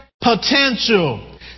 potential